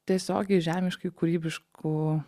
tiesiogiai žemiškai kūrybiškų